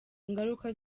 ingaruka